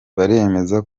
baremeza